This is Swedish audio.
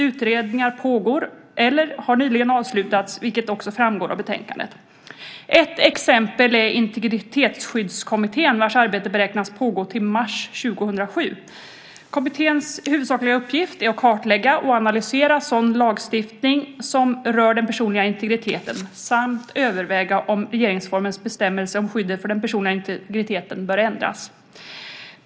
Utredningar pågår eller har nyligen avslutats, vilket också framgår av betänkandet. Ett exempel är Integritetsskyddskommittén vars arbete beräknas pågå till mars 2007. Kommitténs huvudsakliga uppgift är att kartlägga och analysera sådan lagstiftning som rör den personliga integriteten samt överväga om regeringsformens bestämmelse om skyddet för den personliga integriteten bör ändras.